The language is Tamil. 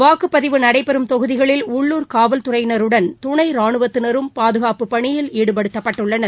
வாக்குப்பதிவு நடைபெறும் தொகுதிகளில் உள்ளூர் காவல்துறையினருடன் துணை ராணுவத்தினரும் பாதுகாப்புப் பணியில் ஈடுபடுத்தப்பட்டுள்ளனர்